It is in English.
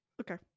Okay